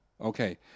Okay